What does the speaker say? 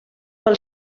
pel